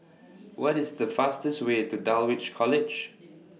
What IS The fastest Way to Dulwich College